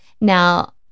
Now